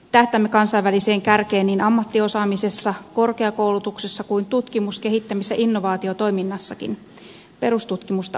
tähtäämme kansainväliseen kärkeen niin ammattiosaamisessa korkeakoulutuksessa kuin tutkimus kehittämis ja innovaatiotoiminnassakin perustutkimusta unohtamatta